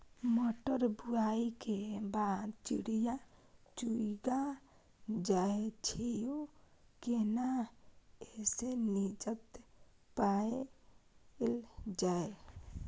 मटर बुआई के बाद चिड़िया चुइग जाय छियै केना ऐसे निजात पायल जाय?